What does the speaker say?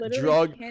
drug